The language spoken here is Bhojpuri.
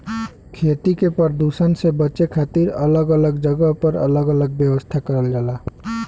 खेती के परदुसन से बचे के खातिर अलग अलग जगह पर अलग अलग व्यवस्था करल जाला